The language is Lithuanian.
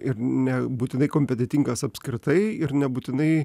ir ne būtinai kompetentingas apskritai ir nebūtinai